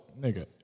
nigga